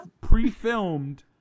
pre-filmed